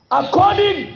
according